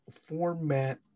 format